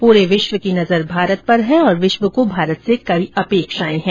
पूरे विश्व की नजर भारत पर है और विश्व को भारत से कई अपेक्षाए हैं